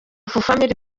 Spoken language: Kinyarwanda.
family